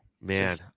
man